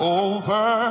over